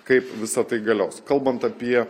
kaip visa tai galios kalbant apie